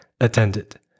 attended